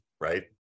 Right